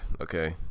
okay